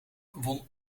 won